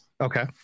okay